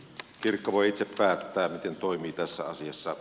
kirkko voi itse päättää miten toimii tässä asiassa